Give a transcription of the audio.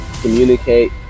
Communicate